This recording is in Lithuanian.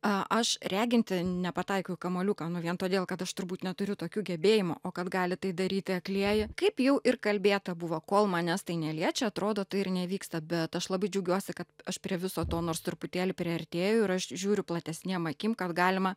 aš reginti nepataikiau į kamuoliuką nu vien todėl kad aš turbūt neturiu tokių gebėjimų o kad gali tai daryti aklieji kaip jau ir kalbėta buvo kol manęs tai neliečia atrodo tai ir nevyksta bet aš labai džiaugiuosi kad aš prie viso to nors truputėlį priartėjau ir aš žiūriu platesniem akim kad galima